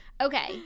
okay